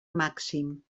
màxim